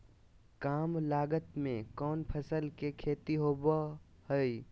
काम लागत में कौन फसल के खेती होबो हाय?